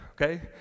okay